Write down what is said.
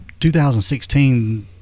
2016